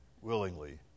willingly